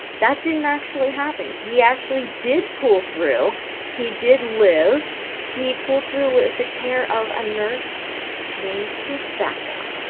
that didn't actually happen he actually did pull through he did live he pulled through with the care of a nurse named rebecca